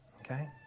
Okay